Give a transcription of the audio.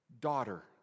daughter